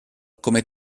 come